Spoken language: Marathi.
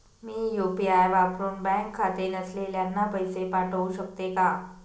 मी यू.पी.आय वापरुन बँक खाते नसलेल्यांना पैसे पाठवू शकते का?